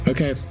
Okay